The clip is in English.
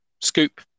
scoop